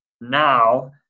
now